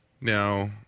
Now